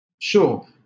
Sure